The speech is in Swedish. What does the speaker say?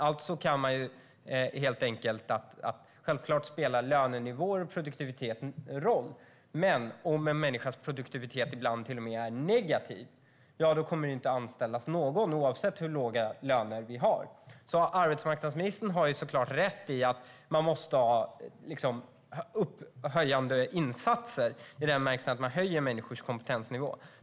Alltså kan man helt enkelt se att lönenivåer och produktivitet spelar roll, men om en människas produktivitet ibland till och med är negativ kommer det inte att anställas någon oavsett hur låga löner vi har. Arbetsmarknadsministern har såklart rätt i att man måste ha upphöjande insatser i den bemärkelsen att man höjer människors kompetensnivå.